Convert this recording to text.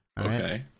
Okay